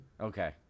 Okay